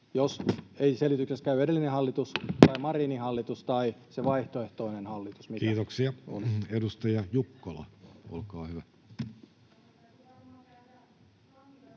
jos ei selitykseksi käy edellinen hallitus tai Marinin hallitus tai se vaihtoehtoinen hallitus... Kiitoksia. — Edustaja Jukkola, olkaa hyvä.